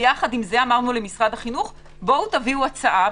יחד עם זה אמרנו למשרד החינוך: תביאו הצעה,